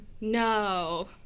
No